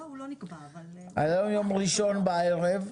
היום יום ראשון בערב,